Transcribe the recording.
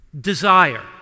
desire